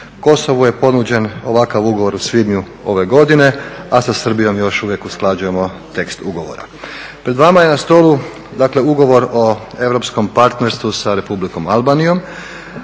Kosovu je ponuđen ovakav ugovor u svibnju ove godine, a sa Srbijom još uvijek usklađujemo tekst ugovora. Pred vama je na stolu, dakle ugovor o europskom partnerstvu sa Republikom Albanijom.